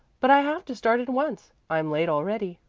but i have to start at once. i'm late already.